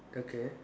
okay